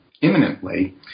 imminently